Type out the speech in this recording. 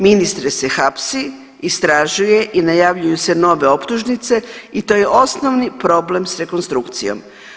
Ministre se hapsi, istražuje i najavljuju se nove optužnice i to je osnovni problem s rekonstrukcijom.